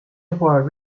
reward